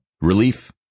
relief